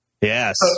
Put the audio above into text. Yes